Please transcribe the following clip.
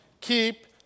keep